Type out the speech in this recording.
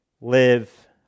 live